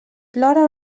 plora